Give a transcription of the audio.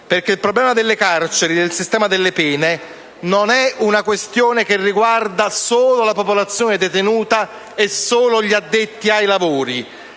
perché il problema delle carceri e del sistema delle pene non è una questione che riguarda solo la popolazione detenuta e solo gli addetti ai lavori,